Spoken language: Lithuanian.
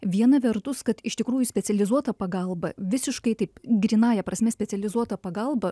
vieną vertus kad iš tikrųjų specializuotą pagalbą visiškai taip grynąja prasme specializuotą pagalbą